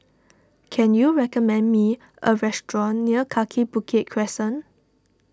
can you recommend me a restaurant near Kaki Bukit Crescent